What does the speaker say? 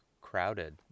crowded